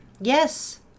Yes